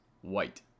White